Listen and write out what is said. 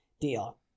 deal